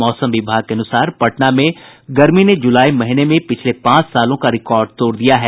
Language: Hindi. मौसम विभाग के अनुसार पटना में गर्मी ने जुलाई महीने में पिछले पांच सालों का रिकॉर्ड तोड़ दिया है